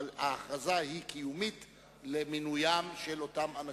אבל ההכרזה היא קיומית למינוים של אותם אנשים.